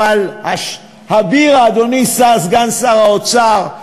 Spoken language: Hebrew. אבל הבירה, אדוני סגן שר האוצר,